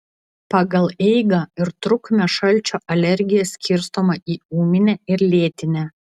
pagal eigą ir trukmę šalčio alergija skirstoma į ūminę ir lėtinę